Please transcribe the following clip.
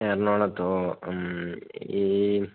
എറണാകുളത്തോ ഓ ഈ